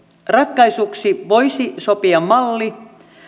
ratkaisuksi voisi sopia malli